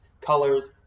colors